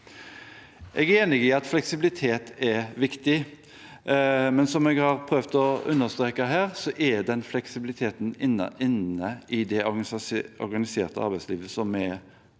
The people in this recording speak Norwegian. Jeg er enig i at fleksibilitet er viktig, men som jeg har prøvd å understreke her, er den fleksibiliteten inne i det organiserte arbeidslivet som vi hegner